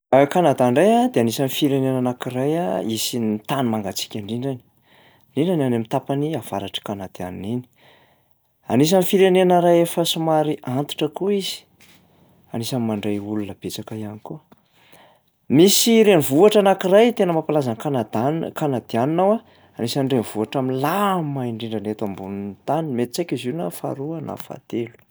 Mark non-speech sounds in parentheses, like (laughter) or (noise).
(hesitation) Kanada ndray a dia anisan'ny firenena anankiray a isy ny tany mangantsiaka indrindrany, indrindra ny am'tapany avaratry kanadiana iny. Anisan'ny firenena ray efa somary antittra koa izy, anisan'ny mandray olona betsaka ihany koa. Misy renivohitra anankiray tena mampalaza ny kanadan- kanadiana ao a, anisan'ny renivohitra milamina indrindrany eto ambonin'ny tany, mety tsy haiko izy io na faharoa na fahatelo.